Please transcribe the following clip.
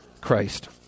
Christ